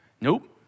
Nope